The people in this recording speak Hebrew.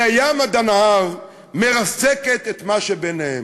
מהים עד הנהר, מרסקת את מה שביניהם.